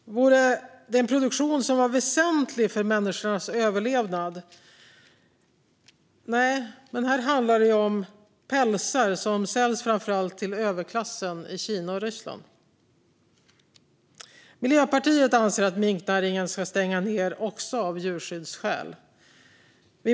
Det här handlar inte om en produktion som är väsentlig för människans överlevnad utan om pälsar, som framför allt säljs till överklassen i Kina och Ryssland. Miljöpartiet anser att minknäringen ska stängas ned också av djurskyddsskäl.